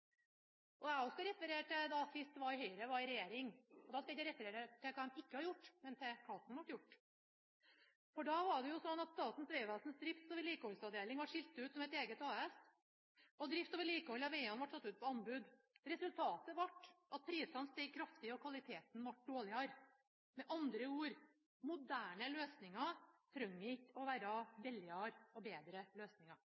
Også jeg skal referere til sist Høyre var i regjering – jeg skal ikke referere til hva de ikke gjorde, men til hva som ble gjort. Statens vegvesens drifts- og vedlikeholdsavdeling ble skilt ut som et eget AS, og drift- og vedlikehold av vegene ble satt ut på anbud. Resultatet ble at prisene steg kraftig, og kvaliteten ble dårligere. Med andre ord: Moderne løsninger trenger ikke å være